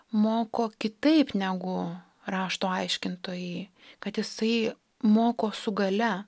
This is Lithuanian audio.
moko kitaip negu rašto aiškintojai kad jisai moko su galia